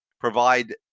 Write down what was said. provide